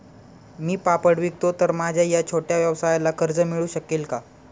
मी पापड विकतो तर माझ्या या छोट्या व्यवसायाला कर्ज मिळू शकेल का?